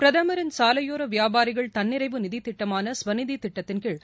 பிரதமரின் சாலையோர வியாபாரிகள் தன்னிறைவு நிதித் திட்டமான ஸ்வநிதி திட்டத்தின் கீழ்